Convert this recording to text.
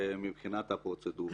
מבחינת הפרוצדורה.